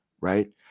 Right